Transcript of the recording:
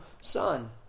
Son